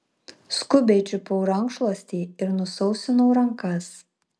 skubiai čiupau rankšluostį ir nusausinau rankas